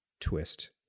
twist